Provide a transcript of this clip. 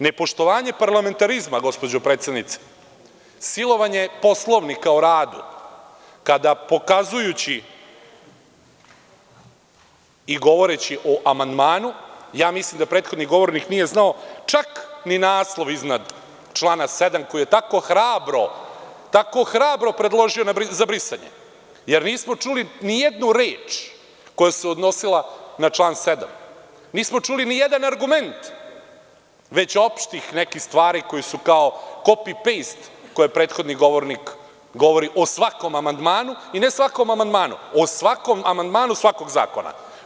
Nepoštovanje parlamentarizma, gospođo predsednice, silovanje Poslovnika o radu, kada pokazujući i govoreći o amandmanu, ja mislim da prethodni govornik nije znao čak ni naslov iznad člana 7. koji je tako hrabro predložio za brisanje, jer nismo čuli ni jednu reč koja se odnosila na član 7. Nismo čuli nijedan argument već opštih nekih stvari koje su kao „kopi-pejst“ koje prethodni govornik govori o svakom amandmanu, i ne svakom amandmanu, o svakom amandmanu svakog zakona.